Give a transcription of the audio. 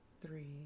three